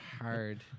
hard